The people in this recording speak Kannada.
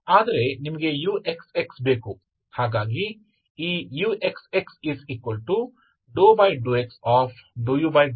ಆದರೆ ನಿಮಗೆ uxx ಬೇಕು